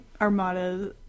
Armada